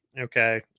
okay